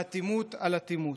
באטימות על אטימות,